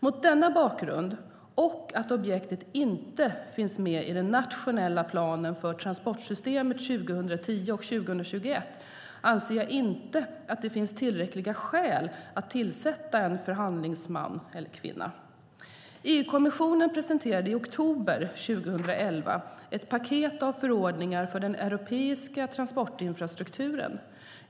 Mot denna bakgrund och mot bakgrund av att objektet inte finns med i den nationella planen för transportsystemet 2010-2021 anser jag att det inte finns tillräckliga skäl att tillsätta en förhandlingsman eller förhandlingskvinna. EU-kommissionen presenterade i oktober 2011 ett paket av förordningar för den europeiska transportinfrastrukturen.